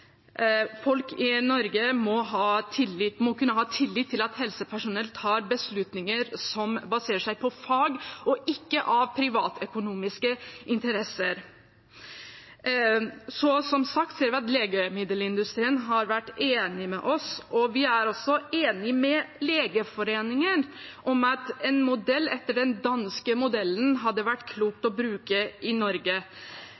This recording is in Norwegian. Folk i Norge må kunne ha tillit til at helsepersonell tar beslutninger som baserer seg på fag, ikke på privatøkonomiske interesser. Som sagt ser vi at legemiddelindustrien har vært enig med oss, og vi er også enig med Legeforeningen i at en modell etter den danske modellen hadde vært